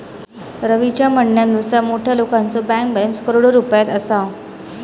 रवीच्या म्हणण्यानुसार मोठ्या लोकांचो बँक बॅलन्स करोडो रुपयात असा